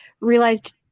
realized